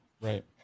right